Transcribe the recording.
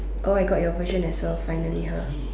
oh I got your version as well finally ha